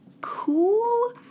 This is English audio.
cool